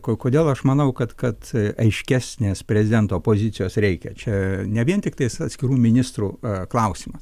ko kodėl aš manau kad kad aiškesnės prezidento pozicijos reikia čia ne vien tiktai atskirų ministrų klausimas